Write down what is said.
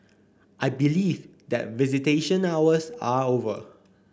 I believe that visitation hours are over